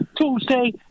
Tuesday